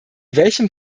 welchem